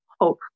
hope